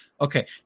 okay